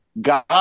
God